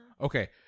Okay